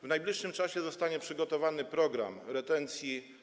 W najbliższym czasie zostanie przygotowany program retencji.